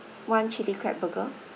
one chili crab burger